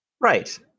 Right